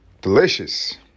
Delicious